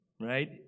right